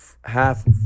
half